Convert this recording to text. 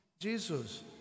Jesus